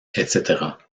etc